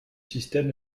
système